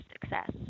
success